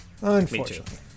Unfortunately